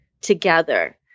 together